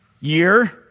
year